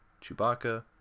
Chewbacca